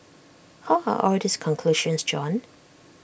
how are all these conclusions drawn